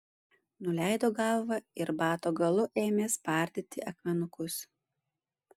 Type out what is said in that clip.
nuleido galvą ir bato galu ėmė spardyti akmenukus